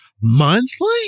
monthly